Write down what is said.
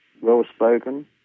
well-spoken